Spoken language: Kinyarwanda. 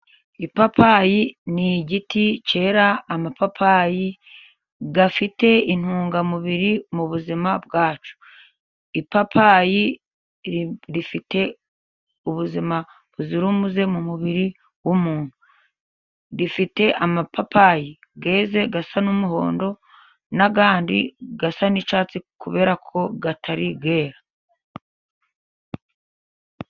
Ipapayi ni igiti cyera amapapayi afite intungamubiri mu buzima bwacu; ipapayi rifite ubuzima buzira umuze mu mubiri w'umuntu, rifite amapapayi yeze asa n'umuhondo n'andi asa n'icyatsi kubera ko atari yera.